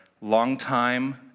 longtime